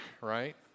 right